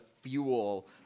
fuel